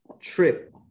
trip